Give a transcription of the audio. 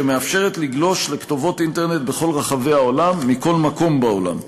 שמאפשרת לגלוש לכתובות אינטרנט בכל רחבי העולם מכל מקום בעולם.